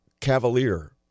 cavalier